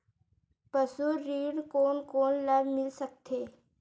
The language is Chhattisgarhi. पशु ऋण कोन कोन ल मिल सकथे?